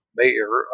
mayor